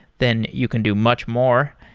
then you can do much more.